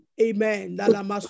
Amen